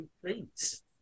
please